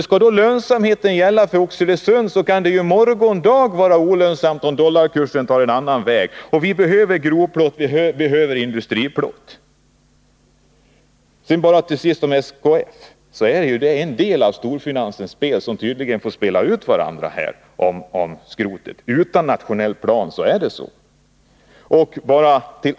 Skall lönsamhetsprincipen gälla för Oxelösund, kan det ju bli så att driften i morgon är olönsam, om dollarkursen tar en annan väg. Vi behöver grovplåt och industriplåt. När det slutligen gäller SKF är ju frågan om skrotet en del av storfinansens spel. Företagen får tydligen spela ut varandra i fråga om skrotet. Utan en nationell plan är det så.